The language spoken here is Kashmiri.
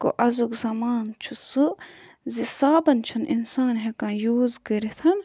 گوٚو آزُک زَمانہٕ چھُ سُہ زِ صابَن چھُنہٕ اِنسان ہٮ۪کان یوٗز کٔرِتھ